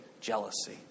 Jealousy